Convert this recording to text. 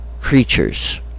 creatures